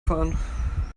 fahren